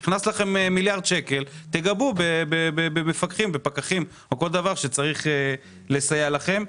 אם נכנס לכם מיליארד שקל תוסיפו פקחים או כל דבר שצריך לסייע לכם.